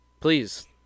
Please